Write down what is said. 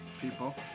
People